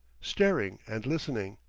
staring and listening.